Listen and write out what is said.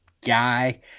guy